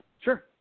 Sure